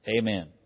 Amen